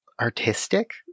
artistic